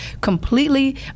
completely